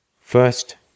First